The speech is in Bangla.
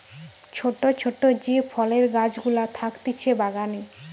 ছোট ছোট যে ফলের গাছ গুলা থাকতিছে বাগানে